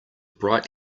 bright